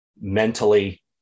mentally